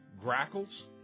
grackles